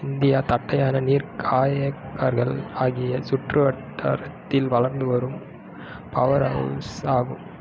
India தட்டையான நீர் காயக்கார்கள் ஆகிய சுற்றுவட்டாரத்தில் வளர்ந்து வரும் பவர் ஹவுஸ் ஆகும்